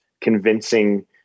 convincing